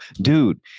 dude